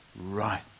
right